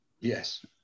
Yes